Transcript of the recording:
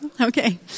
Okay